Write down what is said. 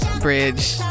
bridge